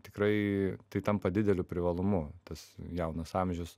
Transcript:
tikrai tai tampa dideliu privalumu tas jaunas amžius